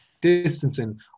distancing